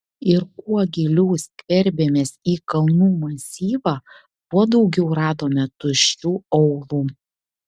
ir kuo giliau skverbėmės į kalnų masyvą tuo daugiau radome tuščių aūlų